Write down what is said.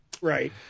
Right